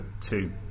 two